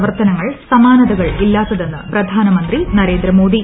പ്രവർത്തനങ്ങൾ സമാനതകളില്ലാത്തതെന്ന് പ്രധാനമന്ത്രി നരേന്ദ്രമോദി